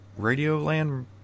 Radioland